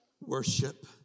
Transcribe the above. worship